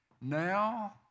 Now